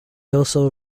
also